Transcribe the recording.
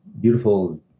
beautiful